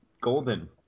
golden